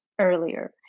earlier